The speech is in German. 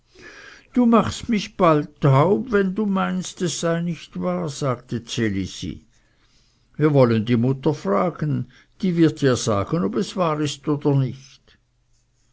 du machst mich bald taub daß du meinst es sei nicht wahr sagte ds elisi wir wollen die mutter fragen die wird dir sagen ob es wahr ist oder nicht